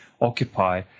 occupy